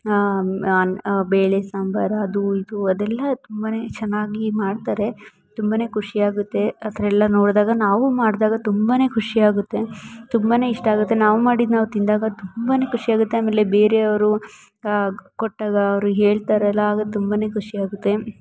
ಬೇಳೆ ಸಾಂಬಾರ್ ಅದು ಇದು ಅದೆಲ್ಲ ತುಂಬ ಚೆನ್ನಾಗಿ ಮಾಡ್ತಾರೆ ತುಂಬ ಖುಷಿ ಆಗುತ್ತೆ ಆ ಥರ ಎಲ್ಲ ನೋಡಿದಾಗ ನಾವೂ ಮಾಡಿದಾಗ ತುಂಬ ಖುಷಿ ಆಗುತ್ತೆ ತುಂಬ ಇಷ್ಟ ಆಗುತ್ತೆ ನಾವು ಮಾಡಿದ್ದು ನಾವು ತಿಂದಾಗ ತುಂಬ ಖುಷಿ ಆಗುತ್ತೆ ಆಮೇಲೆ ಬೇರೆಯವರು ಕೊಟ್ಟಾಗ ಅವರು ಹೇಳ್ತಾರಲ್ಲ ಆಗ ತುಂಬ ಖುಷಿ ಆಗುತ್ತೆ